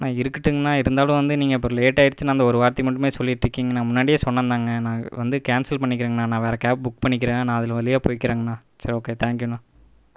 நான் இருக்கட்டுங்கண்ணா இருந்தாலும் வந்து நீங்க இப்போ லேட்டாயிடிச்சிண்ணா அந்த ஒரு வார்த்தையை மட்டுமே சொல்லிட்டு இருக்கீங்கண்ணா முன்னாடியே சொன்னனாங்க நான் வந்து கேன்சல் பண்ணிக்கிறங்கண்ணா நான் வேறு கேப் புக் பண்ணிக்கிறேன் நான் அதில் வழியா போய்க்கிறேண்ணா சரி ஓகே தேங்க்யூண்ணா